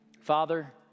Father